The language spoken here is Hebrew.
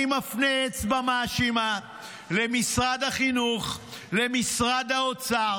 אני מפנה אצבע מאשימה למשרד החינוך, למשרד האוצר,